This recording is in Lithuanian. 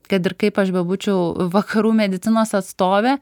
kad ir kaip aš bebūčiau vakarų medicinos atstovė